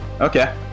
Okay